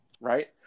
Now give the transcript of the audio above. Right